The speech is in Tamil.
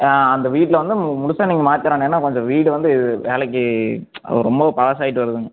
ஆ அந்த வீட்டில வந்து முழுசாக நீங்கள் மாற்றி தரணும் ஏன்னா கொஞ்சம் வீடு வந்து வேலைக்கு அது ரொம்பவும் பழசாயிட்டு வருதுங்க